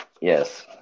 yes